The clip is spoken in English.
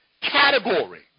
category